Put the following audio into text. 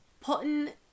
putting